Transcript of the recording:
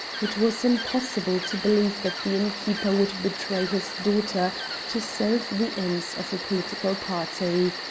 it was impossible to believe that the innkeeper would betray his daughter to serve the ends of a political party.